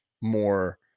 more